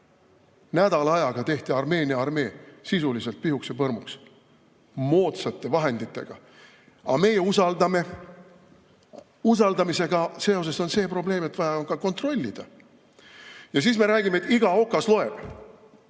Nädala ajaga tehti Armeenia armee sisuliselt pihuks ja põrmuks. Moodsate vahenditega. Aga meie usaldame. Usaldamisega seoses on see probleem, et vaja on ka kontrollida. Ja siis me räägime, et iga okas loeb.